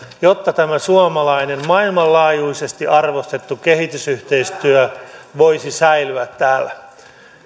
jotta tämä suomalainen maailmanlaajuisesti arvostettu kehitysyhteistyö voisi säilyä täällä